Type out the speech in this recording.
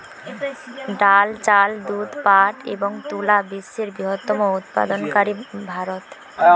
ডাল, চাল, দুধ, পাট এবং তুলা বিশ্বের বৃহত্তম উৎপাদনকারী ভারত